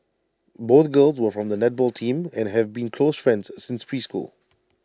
both girls were from the netball team and have been close friends since preschool